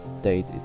state